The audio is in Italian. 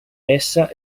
essa